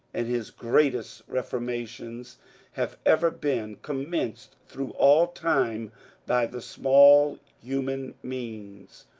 and his greatest reformations have ever been commenced through all time by the small human means,